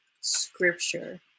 scripture